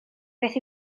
beth